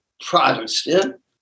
Protestant